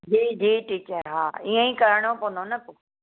जी जी टीचर हा ईअं ई कराइणो पवंदो न पोइ